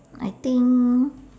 I think